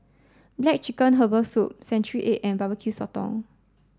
Black Chicken Herbal Soup Century Egg and Barbecue Sotong